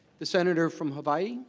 the senator from hawaii.